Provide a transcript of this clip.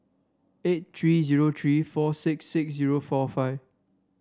eight three zero three four six six zero four five